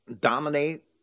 dominate